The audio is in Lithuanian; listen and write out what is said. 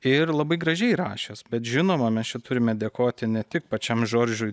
ir labai gražiai rašęs bet žinoma mes čia turime dėkoti ne tik pačiam žoržui